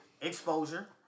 exposure